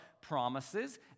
promises